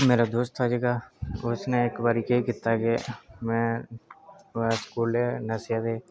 घरा आह्ले आखन लगे कनेहा तेरा दोस्त पंगा उसने कीता ते मार तुगी पेई गेई